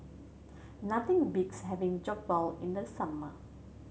nothing beats having Jokbal in the summer